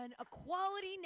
Equality